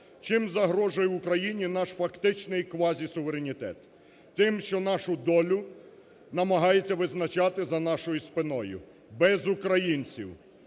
Чим загрожує Україні наш фактичний квазісуверенітет? Тим, що нашу долю намагаються визначати за нашою спиною, без українців.